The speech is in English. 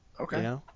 Okay